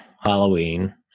Halloween